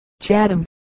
Chatham